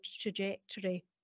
trajectory